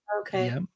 Okay